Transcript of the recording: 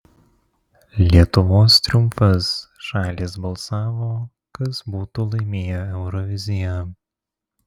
lietuvos triumfas šalys balsavo kas būtų laimėję euroviziją